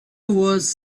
was